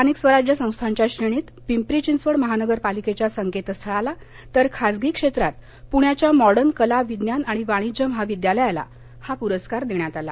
स्थानिक स्वराज्य संस्थांच्या श्रेणीत पिपरी चिंचवड महानगरपालिकेच्या संकेतस्थळाला तर खाजगी क्षेत्रात पृण्याच्या मॉडर्न कला विज्ञान आणि वाणिज्य महाविद्यालयाला पूरस्कार देण्यात आला